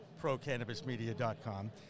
ProCannabisMedia.com